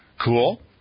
Cool